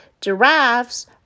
giraffes